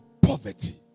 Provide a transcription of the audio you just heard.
poverty